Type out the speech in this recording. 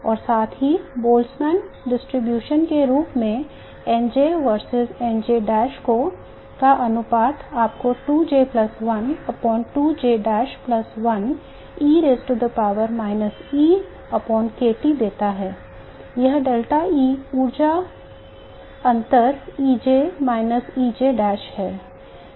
और साथ ही बोल्ट्ज़मान वितरण के रूप में NJ verses NJ' का अनुपात आपको देता है जहां डेल्टा E ऊर्जा अंतर EJ EJ' है